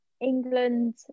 England